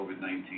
COVID-19